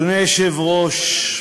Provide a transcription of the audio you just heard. אדוני היושב-ראש,